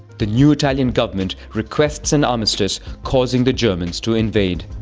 the new italian government requests an armistice, causing the germans to invade.